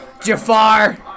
Jafar